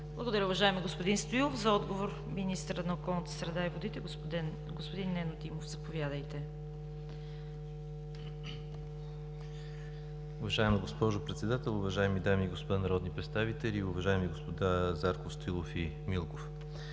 Благодаря, уважаеми господин Стоилов. Има думата за отговор министърът на околната среда и водите господин Нено Димов. Заповядайте! МИНИСТЪР НЕНО ДИМОВ: Уважаема госпожо Председател, уважаеми дами и господа народни представители, уважаеми господа Зарков, Стоилов и Милков!